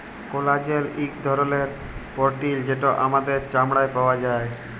collagen ইক ধরলের protein যেট আমাদের চামড়ায় পাউয়া যায়